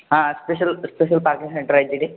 हा special special parking centre आहे तिथे